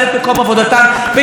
תתחיל להתנהג ככה,